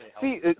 See